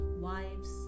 wives